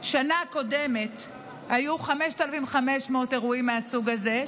שנה קודם היו 5,500 אירועים מהסוג הזה,